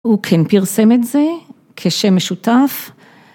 הוא כן פרסם את זה, כשם משותף.